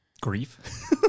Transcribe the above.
Grief